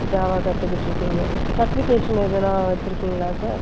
Java கத்துக்கிட்ருக்கீங்க certification எதனால் வச்சுருக்கீங்களா சார்